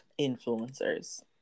influencers